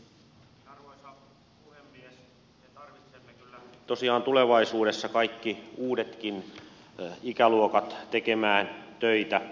me tarvitsemme vielä tosiaan tulevaisuudessa kaikki uudetkin ikäluokat tekemään töitä